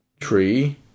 tree